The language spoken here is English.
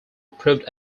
proved